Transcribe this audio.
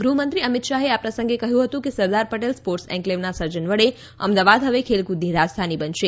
ગૃહમંત્રી અમિત શાહે આ પ્રસંગે કહ્યું હતું કે સરદાર પટેલ સ્પોર્ટ્સ એનક્લેવના સર્જન વડે અમદાવાદ હવે ખેલક્રદની રાજધાની બનશે